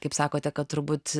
kaip sakote kad turbūt